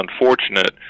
unfortunate